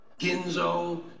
ginzo